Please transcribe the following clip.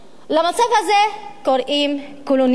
למצב הזה קוראים "קולוניאליות",